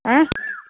ಹಾಂ